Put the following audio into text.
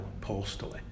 postally